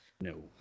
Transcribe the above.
No